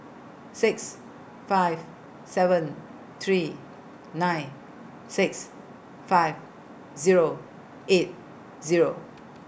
six five seven three nine six five Zero eight Zero